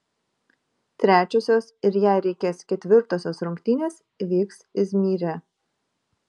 trečiosios ir jei reikės ketvirtosios rungtynės vyks izmyre